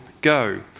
Go